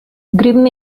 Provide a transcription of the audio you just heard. grimm